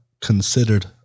considered